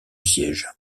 siège